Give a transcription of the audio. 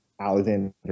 Alexander